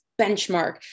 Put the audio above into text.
benchmark